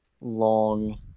long